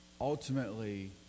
Ultimately